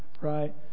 right